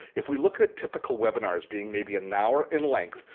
if we look at typical webinars being maybe an hour in length,